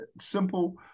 simple